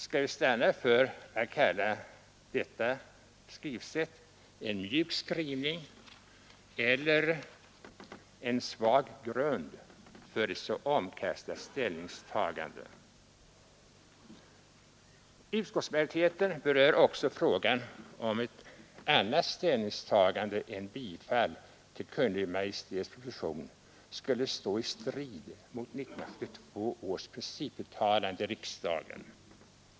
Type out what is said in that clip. Skall vi kalla detta en mjuk skrivning eller en svag grund för ett så omkastat ställningstagande? Utskottsmajoriteten berör också frågan om ett annat ställningstagande än bifall till Kungl. Maj:ts proposition skulle stå i strid mot 1972 års principuttalande i riksdagen.